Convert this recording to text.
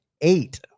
eight